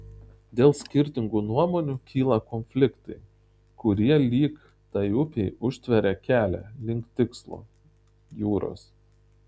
dėl skirtingų nuomonių kyla konfliktai kurie lyg tai upei užtveria kelią link tikslo jūros